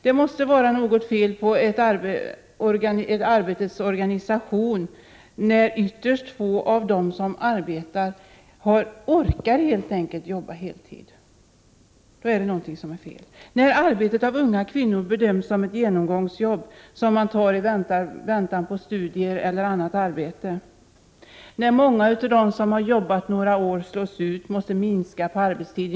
Det måste vara något fel på arbetets organisation när ytterst få av de anställda orkar arbeta på heltid, när arbetet av unga kvinnor bedöms som ett genomgångsjobb, som man tar i väntan på studier eller annat arbete, och när många av dem som har jobbat några år slås ut eller måste minska sin arbetstid.